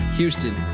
Houston